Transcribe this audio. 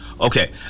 Okay